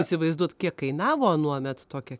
įsivaizduot kiek kainavo anuomet tokia